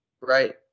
Right